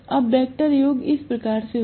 अब वेक्टर योग इस प्रकार होगा